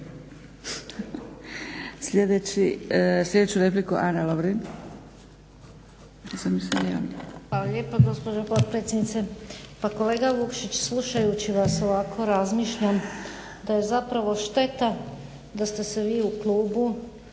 Sljedeću repliku Ana Lovrin.